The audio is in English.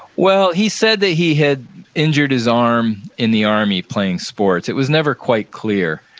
well, he said that he had injured his arm in the army playing sports. it was never quite clear.